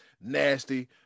nasty